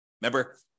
Remember